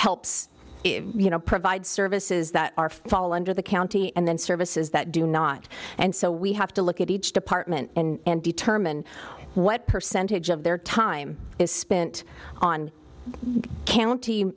helps if you know provide services that are fall under the county and then services that do not and so we have to look at each department and determine what percentage of their time is spent on